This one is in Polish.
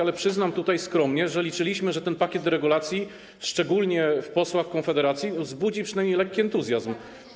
Ale przyznam skromnie, że liczyliśmy, że ten pakiet deregulacji szczególnie w posłach Konfederacji wzbudzi przynajmniej lekki entuzjazm.